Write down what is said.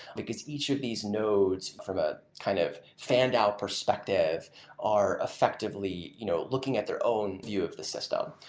because each of these nodes from a kind of fanned-out perspective are effectively you know looking at their own view of the system.